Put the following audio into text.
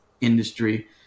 industry